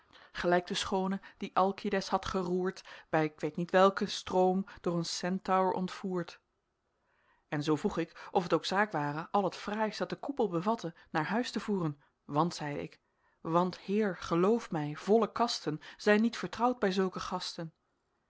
de schoone die alcides had geroerd bij k weet niet welken stroom door een centaur ontvoerd en zoo vroeg ik of het ook zaak ware al het fraais dat de koepel bevatte naar huis te voeren want zeide ik want heer geloof mij volle kasten zijn niet vertrouwd bij zulke gasten